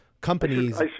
companies